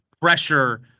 pressure